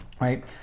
Right